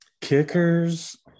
kickers